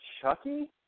Chucky